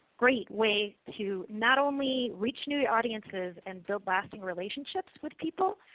great way to not only reach new audiences and build lasting relationships with people,